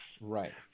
Right